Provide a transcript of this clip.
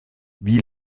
wie